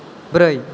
ब्रै